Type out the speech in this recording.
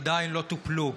עדיין לא טופלו.